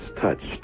touched